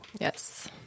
Yes